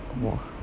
அம்மா:amma